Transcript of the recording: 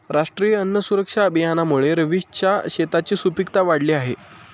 राष्ट्रीय अन्न सुरक्षा अभियानामुळे रवीशच्या शेताची सुपीकता वाढली आहे